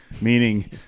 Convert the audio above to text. meaning